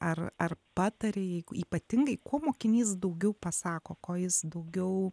ar ar pataria jeigu ypatingai kuo mokinys daugiau pasako kuo jis daugiau